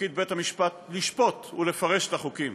ותפקיד בית המשפט לשפוט ולפרש את החוקים.